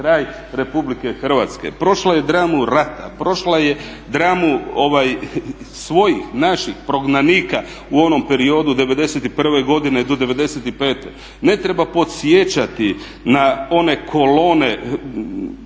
kraj Republike Hrvatske, prošla je dramu rata, prošla je dramu svojih, naših prognanika u onom periodu '91. godine do '95. Ne treba podsjećati na one kolone